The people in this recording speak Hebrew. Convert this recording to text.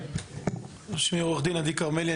אני עורך דין עדי כרמלי,